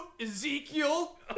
Ezekiel